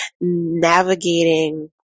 navigating